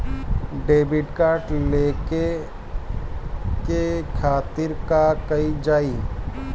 Debit card लेवे के खातिर का कइल जाइ?